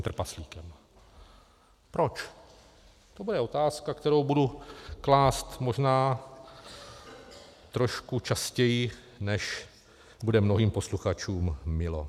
To bude otázka, kterou budu klást možná trošku častěji, než bude mnohým posluchačům milo.